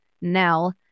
Nell